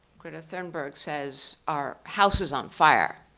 greta thunberg, says, our house is on fire.